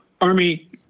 Army